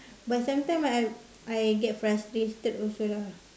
but sometime I I get frustrated also lah